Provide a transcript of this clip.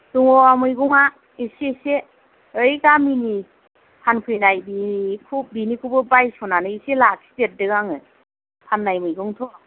दंङ मैगङा एसे एसे बै गामिनि फानफैनाय बेखौ बेनिखौ बायस'नानै एसे लाखि देरदों आङो फाननाय मैगंथ'